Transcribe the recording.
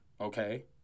okay